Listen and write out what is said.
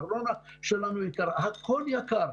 הארנונה שלנו יקרה הכול יקר.